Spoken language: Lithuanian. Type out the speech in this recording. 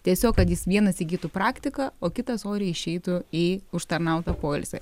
tiesiog kad jis vienas įgytų praktiką o kitas oriai išeitų į užtarnautą poilsį